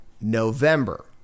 November